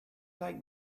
like